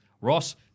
Ross